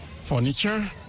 Furniture